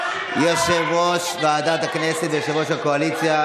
יושב-ראש ועדת הכנסת ויושב-ראש הקואליציה,